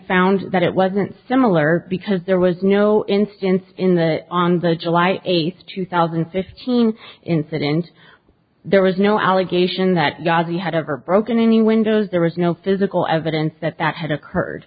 found that it wasn't similar because there was no instance in the on the july eighth two thousand and fifteen incident there was no allegation that ghazi had ever broken any windows there was no physical evidence that that had occurred